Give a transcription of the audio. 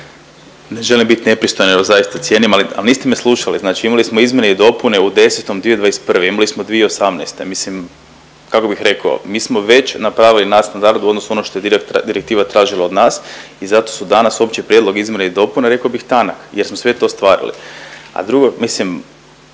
Ne želim bit nepristojan jer vas zaista cijenim ali, ali niste me slušali. Znači imali smo izmjene i dopune u 10. 2021., imali smo 2018., mislim kako bih rekao. Mi smo već napravili nadstandard u odnosu ono što je direktiva tražila od nas i zato su danas opći prijedlog izmjene i dopune rekao bih tanak, jer smo sve to ostvarili.